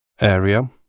area